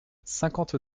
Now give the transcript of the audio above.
cinquante